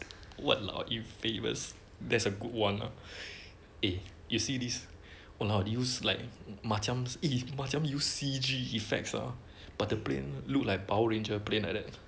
!walao! infamous that's a good one lah eh you see this !walao! use like macam macam use C_G effects ah but the plane look like power ranger plane like that